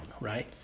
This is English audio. right